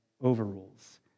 overrules